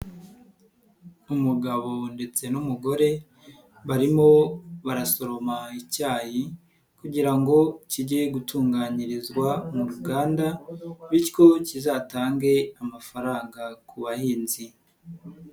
Umugabo ndetse n'umugore barimo barasoroma icyayi kugira ngo kige gutunganyirizwa mu ruganda bityo kizatange amafaranga ku bahinzi.